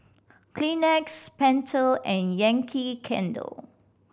Kleenex Pentel and Yankee Candle